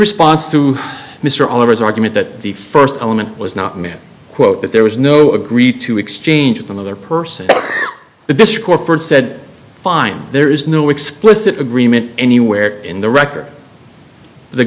response to mr all of his argument that the first element was not met quote that there was no agreed to exchange with another person but this court said fine there is no explicit agreement anywhere in the record the